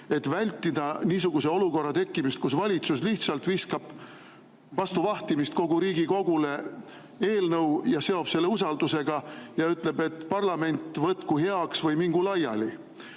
Vältida niisuguse olukorra tekkimist, kus valitsus lihtsalt viskab vastu vahtimist Riigikogule eelnõu, seob selle usaldusega ja ütleb, et parlament võtku heaks või mingu laiali.